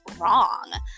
wrong